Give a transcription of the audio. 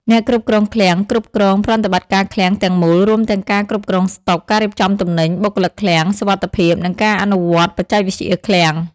អ្នកគ្រប់គ្រងឃ្លាំង គ្រប់គ្រងប្រតិបត្តិការឃ្លាំងទាំងមូល រួមទាំងការគ្រប់គ្រងស្តុក ការរៀបចំទំនិញ បុគ្គលិកឃ្លាំង សុវត្ថិភាព និងការអនុវត្តបច្ចេកវិទ្យាឃ្លាំង។